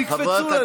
תקפצו לנו.